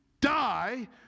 die